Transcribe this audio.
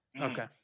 Okay